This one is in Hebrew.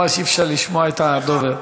ממש אי-אפשר לשמוע את הדובר.